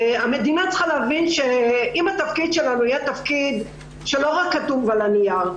המדינה צריכה להבין שאם התפקיד שלנו יהיה תפקיד שלא רק כתוב על הנייר,